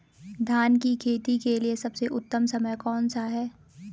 धान की खेती के लिए सबसे उत्तम समय कौनसा है?